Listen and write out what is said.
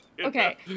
Okay